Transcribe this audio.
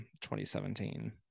2017